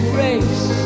race